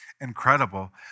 incredible